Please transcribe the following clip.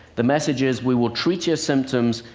the message is we will treat your symptoms,